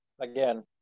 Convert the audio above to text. again